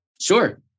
Sure